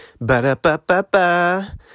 ba-da-ba-ba-ba